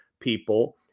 people